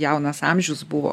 jaunas amžius buvo